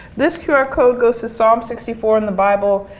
this qr code goes to psalm sixty four in the bible.